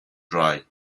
dry